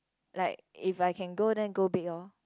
like if I can go then go big orh